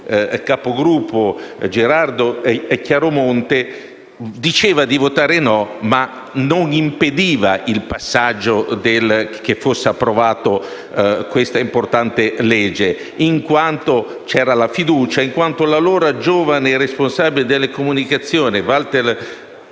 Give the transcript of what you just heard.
suo capogruppo Gerardo Chiaromonte, diceva di votare no, ma non impediva che fosse approvata questa importante legge in quanto c'era la fiducia e l'allora giovane responsabile della comunicazione, Walter